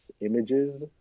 images